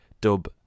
dub